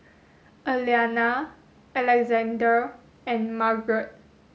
Aliana Alexandre and Margeret